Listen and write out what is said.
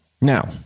Now